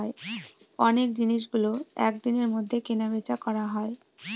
অনেক জিনিসগুলো এক দিনের মধ্যে কেনা বেচা করা হয়